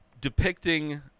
depicting